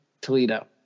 Toledo